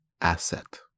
asset